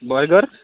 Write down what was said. burger